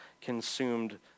consumed